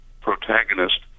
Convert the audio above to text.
protagonist